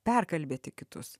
perkalbėti kitus